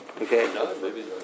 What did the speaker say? Okay